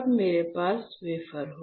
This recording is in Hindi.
मेरे पास वेफर होगा